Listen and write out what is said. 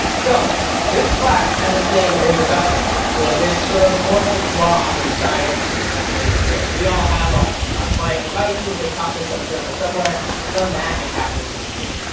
so this class as a thing is about you know this sort of amorphous blob inside of of this world. we all have our our client devices. they talk to some server somewhere and some magic happens in between.